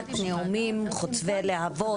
ושומעת נאומים חוצבי להבות,